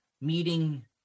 meeting